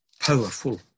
powerful